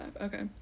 Okay